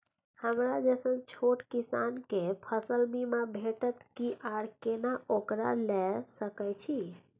हमरा जैसन छोट किसान के फसल बीमा भेटत कि आर केना ओकरा लैय सकैय छि?